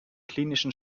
klinischen